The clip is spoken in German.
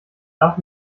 darf